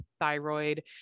thyroid